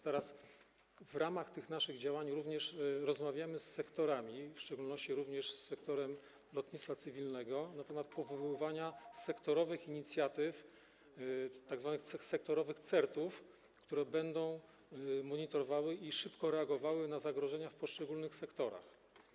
Teraz w ramach tych naszych działań rozmawiamy również z sektorami, w szczególności również z sektorem lotnictwa cywilnego, na temat powoływania sektorowych inicjatyw, tzw. sektorowych CERT-ów, które będą monitorowały i szybko reagowały na zagrożenia w poszczególnych sektorach.